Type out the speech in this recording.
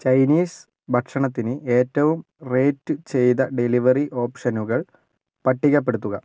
Chinese ഭക്ഷണത്തിന് ഏറ്റവും rate ചെയ്ത ഡെലിവറി ഓപ്ഷനുകൾ പട്ടികപ്പെടുത്തുക